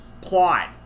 plot